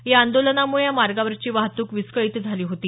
या आंदोलनामुळे या मार्गावरची वाहतुक विस्कळीत झाली होती